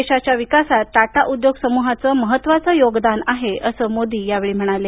देशाच्या विकासात टाटा उद्योग समूहाचं महत्त्वाचं योगदान आहे असं मोदी म्हणाले